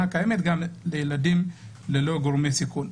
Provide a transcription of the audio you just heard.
קיימת גם אצל ילדים ללא גורמי סיכון.